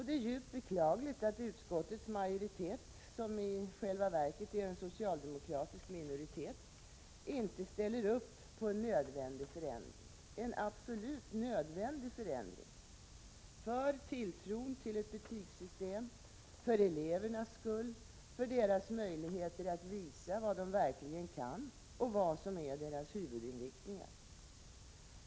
Det är djupt beklagligt att utskottets majoritet — som i själva verket är en socialdemokratisk minoritet — inte ställer upp på en absolut nödvändig förändring — för tilltron till ett betygssystem, — för elevernas skull, = för deras möjligheter att visa vad de verkligen kan och vad som är deras huvudinriktningar.